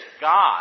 God